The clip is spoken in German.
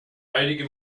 einige